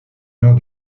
nord